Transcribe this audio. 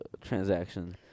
transaction